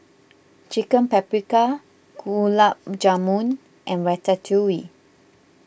Chicken Paprikas Gulab Jamun and Ratatouille